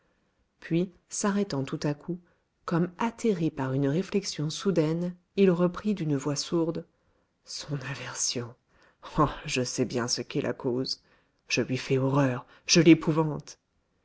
puis s'arrêtant tout à coup comme atterré par une réflexion soudaine il reprit d'une voix sourde son aversion oh je sais bien ce qui la cause je lui fais horreur je l'épouvante